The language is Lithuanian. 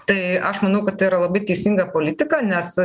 tai aš manau kad tai yra labai teisinga politika nes